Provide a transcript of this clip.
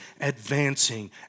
advancing